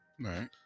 Right